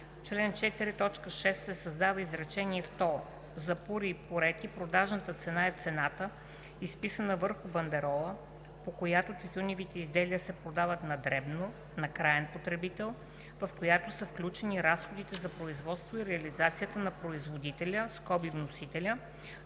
4, т. 6 се създава изречение второ: „За пури и пурети продажната цена е цената, изписана върху бандерола, по която тютюневите изделия се продават на дребно на краен потребител, в която са включени разходите за производство и реализация на производителя (вносителя),